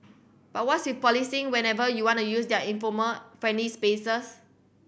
but what's you policing whenever you want to use their informal friendly spaces